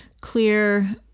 clear